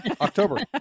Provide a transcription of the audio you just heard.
October